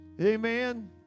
Amen